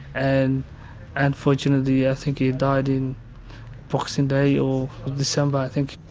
and unfortunately i think he died in boxing day or december i think.